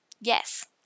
Yes